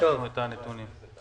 תקרא